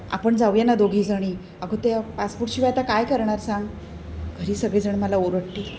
आपण जाऊया ना दोघीजणी अगं त्या पासपोर्टशिवाय आता काय करणार सांग घरी सगळेजण मला ओरडतील